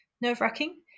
nerve-wracking